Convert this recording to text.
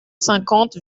cinquante